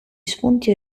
spunti